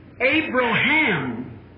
Abraham